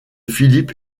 philip